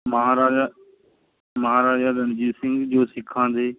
ਮਹਾਰਾਜਾ ਮਹਾਰਾਜਾ ਰਣਜੀਤ ਸਿੰਘ ਜੋ ਸਿੱਖਾਂ ਦੇ